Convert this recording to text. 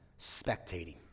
spectating